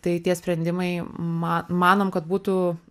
tai tie sprendimai ma manom kad būtų